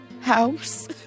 House